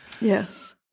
Yes